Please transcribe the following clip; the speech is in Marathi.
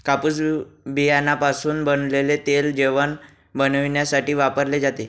कापूस बियाण्यापासून बनवलेले तेल जेवण बनविण्यासाठी वापरले जाते